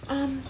um